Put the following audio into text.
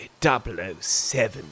007